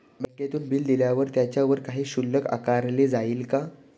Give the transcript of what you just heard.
बँकेतून बिले दिल्यावर त्याच्यावर काही शुल्क आकारले जाईल का?